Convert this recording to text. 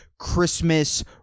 christmas